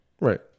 Right